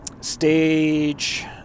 Stage